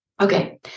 Okay